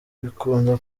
bikunda